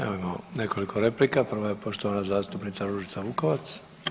Evo imamo nekoliko replika, prva je poštovana zastupnica Ružica Vukovac.